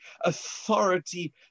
authority